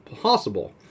possible